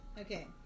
Okay